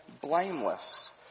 blameless